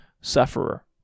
sufferer